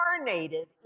incarnated